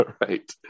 right